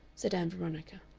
said ann veronica,